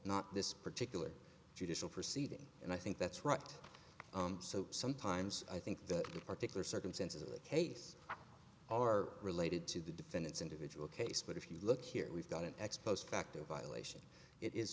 not this particular judicial proceeding and i think that's right so sometimes i think that particular circumstances of the case are related to the defendant's individual case but if you look here we've got an ex post facto violation i